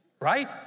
Right